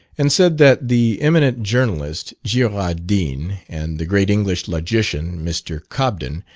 and said that the eminent journalist, girardin, and the great english logician, mr. cobden,